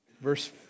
Verse